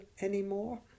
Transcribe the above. anymore